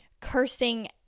cursing